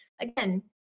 again